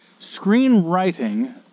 Screenwriting